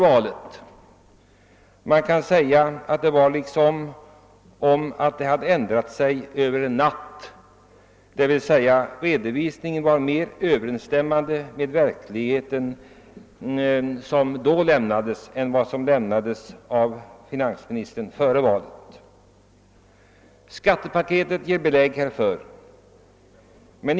Det var som om situationen hade ändrat sig över en natt, så att den nya redovisningen överensstämde bättre med verkligheten än den redovisning gjorde Skattepaketet ger belägg härför.